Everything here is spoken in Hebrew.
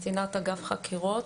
קצינת אגף חקירות.